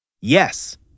Yes